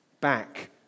back